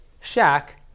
shack